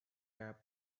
wept